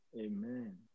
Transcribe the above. Amen